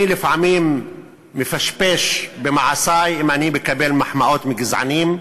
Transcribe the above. לפעמים אני מפשפש במעשי אם אני מקבל מחמאות מגזענים,